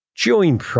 Join